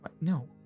no